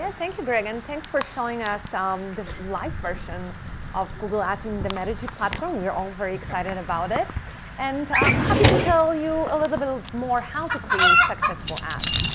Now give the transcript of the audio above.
and thank you, greg, and thanks for showing us um the live version of google ads in the metigy platform. we are all very excited about it and ah um happy to tell you a little bit more how to create successful ads.